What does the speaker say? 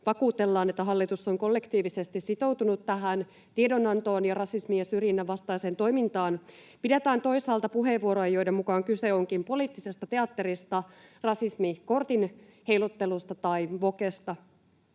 vakuutellaan, että hallitus on kollektiivisesti sitoutunut tähän tiedonantoon ja rasismin ja syrjinnän vastaiseen toimintaan, pidetään toisaalta puheenvuoroja, joiden mukaan kyse onkin poliittisesta teatterista, rasismikortin heiluttelusta tai wokesta.